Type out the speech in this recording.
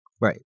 Right